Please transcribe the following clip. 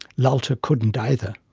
lalta couldn't either.